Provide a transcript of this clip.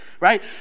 Right